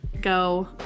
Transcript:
go